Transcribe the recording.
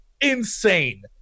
insane